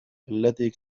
التي